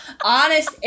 honest